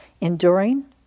enduring